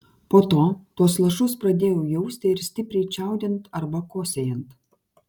po to tuos lašus pradėjau jausti ir stipriai čiaudint arba kosėjant